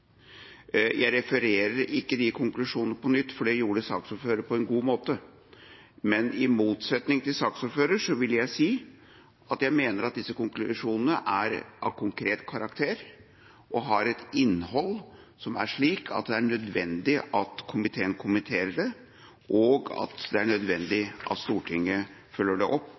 Jeg refererer ikke konklusjonene på nytt – det gjorde saksordføreren på en god måte. Men i motsetning til saksordføreren mener jeg disse konklusjonene er av konkret karakter og har et innhold som er slik at det er nødvendig at komiteen kommenterer det, og at det er nødvendig at Stortinget følger det opp